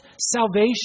salvation